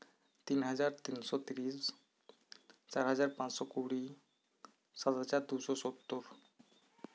ᱛᱤᱱ ᱦᱟᱡᱟᱨ ᱛᱤᱱ ᱥᱚ ᱛᱤᱨᱤᱥ ᱪᱟᱨ ᱦᱟᱡᱟᱨ ᱯᱟᱸᱥᱥᱳ ᱠᱩᱲᱤ ᱥᱟᱛ ᱦᱟᱡᱟᱨ ᱫᱩᱥᱚ ᱥᱳᱛᱛᱳᱨ